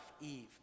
Eve